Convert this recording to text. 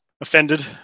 offended